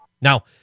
Now